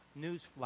newsflash